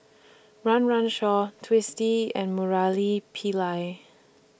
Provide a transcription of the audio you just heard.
Run Run Shaw Twisstii and Murali Pillai